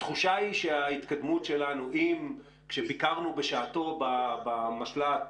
כשביקרנו בשעתו במשל"ט